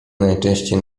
najczęściej